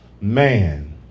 man